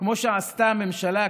כמו שעשתה הממשלה הקודמת,